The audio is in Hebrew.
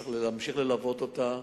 צריך להמשיך ללוות אותה.